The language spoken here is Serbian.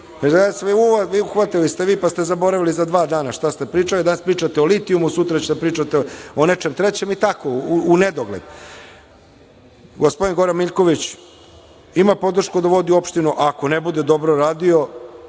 tim? Uhvatili ste vi, pa ste zaboravili za dva dana šta ste pričali. Danas pričate o litijumu, sutra ćete da pričate o nečem trećem i tako u nedogled. Gospodin Goran Miljković ima podršku da vodi opštinu, a ako ne bude dobro radio,